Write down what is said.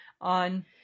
on